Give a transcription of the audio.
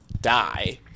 die